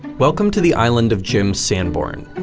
welcome to the island of jim sanborn.